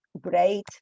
great